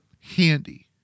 handy